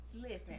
Listen